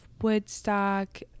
Woodstock